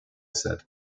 said